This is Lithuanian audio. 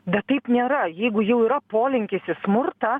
bet taip nėra jeigu jau yra polinkis į smurtą